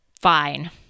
fine